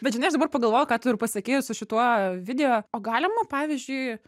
bet žinai aš dabar pagalvojau ką tu ir pasekei su šituo video o galima pavyzdžiui